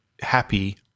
happy